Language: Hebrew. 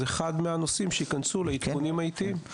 זה אחד מהנושאים שייכנסו לעדכונים העתיים.